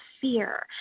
fear